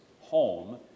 home